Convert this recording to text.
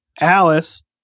Alice